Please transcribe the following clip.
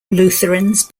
lutherans